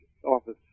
office